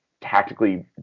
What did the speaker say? tactically